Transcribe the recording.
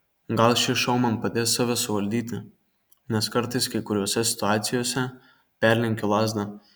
gal šis šou man padės save suvaldyti nes kartais kai kuriose situacijose perlenkiu lazdą